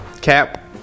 Cap